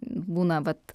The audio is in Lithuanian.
būna vat